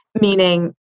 meaning